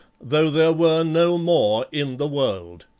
though there were no more in the world.